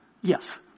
Yes